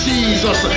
Jesus